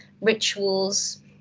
rituals